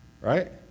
right